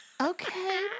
Okay